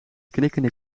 knikkende